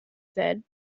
said